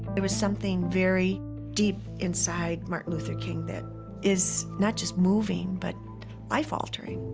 there was something very deep inside martin luther king that is not just moving, but life-altering.